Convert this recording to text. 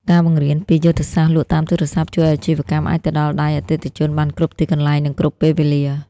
ការបង្រៀនពី "យុទ្ធសាស្ត្រលក់តាមទូរស័ព្ទ" ជួយឱ្យអាជីវកម្មអាចទៅដល់ដៃអតិថិជនបានគ្រប់ទីកន្លែង និងគ្រប់ពេលវេលា។